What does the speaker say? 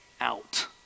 out